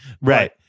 Right